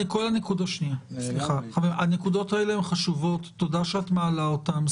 הנקודות האלה חשובות, תודה שאת מעלה אותן.